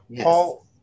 paul